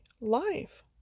life